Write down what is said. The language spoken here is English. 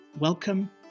Welcome